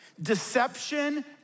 deception